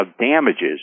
damages